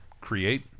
create